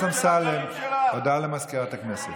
הודעה לסגנית מזכיר הכנסת.